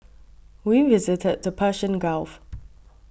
we visited the Persian Gulf